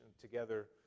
together